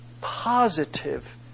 positive